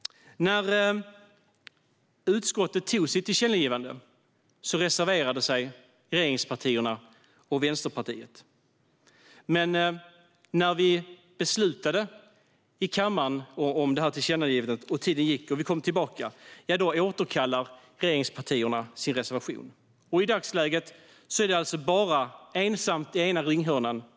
När utskottet beslutade om sitt tillkännagivande reserverade sig regeringspartierna och Vänsterpartiet. Men när kammaren ska besluta om tillkännagivandet återkallar regeringspartierna sin reservation. I dagsläget står alltså Vänsterpartiet ensamt i ena ringhörnan.